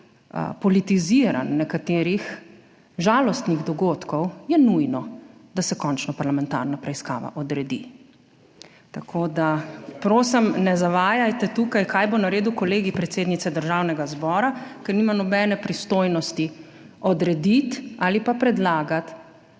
politiziranj nekaterih žalostnih dogodkov je nujno, da se končno odredi parlamentarna preiskava. Tako da prosim, ne zavajajte tukaj, kaj bo naredil Kolegij predsednice Državnega zbora, ker nima nobene pristojnosti odrediti ali predlagati